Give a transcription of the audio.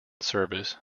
service